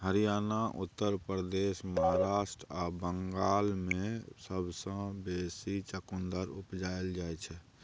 हरियाणा, उत्तर प्रदेश, महाराष्ट्र आ बंगाल मे सबसँ बेसी चुकंदर उपजाएल जाइ छै